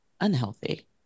unhealthy